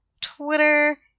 Twitter